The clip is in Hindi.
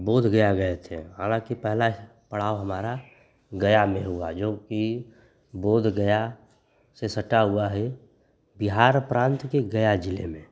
बोधगया गए थे हालाँकि पहला पड़ाव हमारा गया में हुआ जोकि बोधगया से सटा हुआ ही बिहार प्रान्त के गया ज़िले में